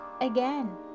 again